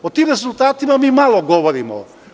O tim rezultatima mi malo govorimo.